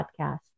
podcast